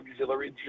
auxiliary